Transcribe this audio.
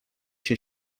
się